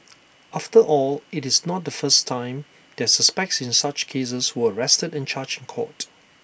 after all it's not the first time that suspects in such cases were arrested and charged in court